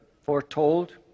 foretold